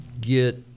get